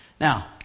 Now